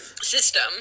system